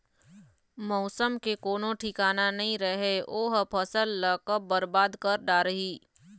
मउसम के कोनो ठिकाना नइ रहय ओ ह फसल ल कब बरबाद कर डारही